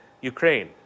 Ukraine